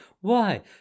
Why